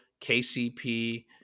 KCP